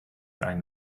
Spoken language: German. ein